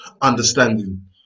understanding